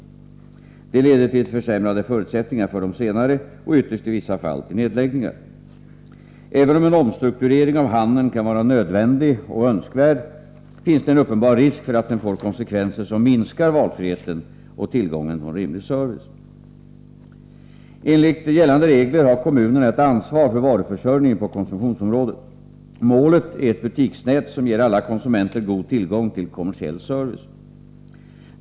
Detta leder till försämrade förutsättningar för de senare och ytterst i vissa fall till nedläggningar. Även om en omstrukturering av handeln kan vara nödvändig och önskvärd finns det en uppbar risk för att den får konsekvenser som minskar valfriheten och tillgången på en rimlig service. Enligt gällande regler har kommunerna ett ansvar för varuförsörjningen på konsumtionsområdet. Målet är ett butiksnät som ger alla konsumenter god tillgång till kommersiell service.